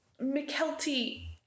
McKelty